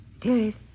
Dearest